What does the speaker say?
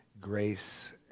grace